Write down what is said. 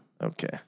Okay